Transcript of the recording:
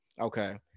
Okay